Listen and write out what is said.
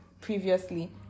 previously